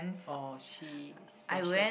or she special to